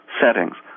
settings